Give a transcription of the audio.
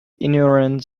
ignorant